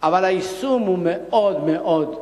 אבל היישום הוא מאוד מאוד,